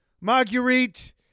Marguerite